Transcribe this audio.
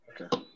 Okay